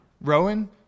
Rowan